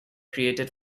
created